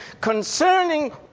concerning